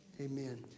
Amen